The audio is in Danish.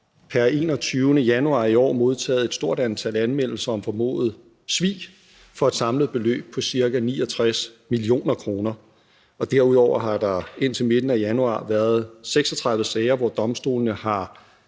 pr. 21. januar i år modtaget et stort antal anmeldelser om formodet svig for et samlet beløb på ca. 69 mio. kr. Derudover har der indtil midten af januar været 36 sager, hvor domstolene har